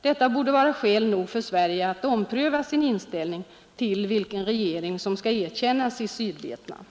Detta borde vara skäl nog för Sverige att ompröva sin ställning till vilken regering i Sydvietnam som skall erkännas.